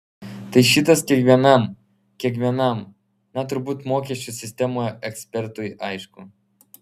tai šitas kiekvienam kiekvienam na turbūt mokesčių sistemoje ekspertui aišku